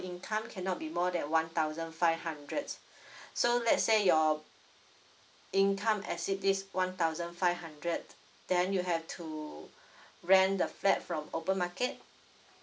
income cannot be more that one thousand five hundred so let's say your income as it is one thousand five hundred then you have to rent the flat from open market